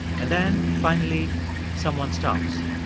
and then finally someone stops,